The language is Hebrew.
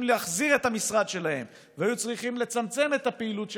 להחזיר את המשרד שלהם והיו צריכים לצמצם את הפעילות שלהם,